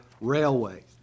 Railway